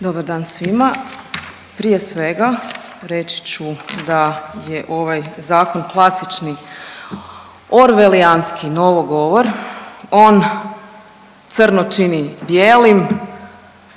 Dobar dan svima. Prije svega reći ću da je ovaj zakon klasični orvelijanski novogovor, on crno čini bijelim,